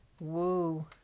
Woo